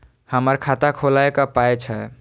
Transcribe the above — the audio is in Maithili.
हमर खाता खौलैक पाय छै